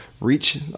reach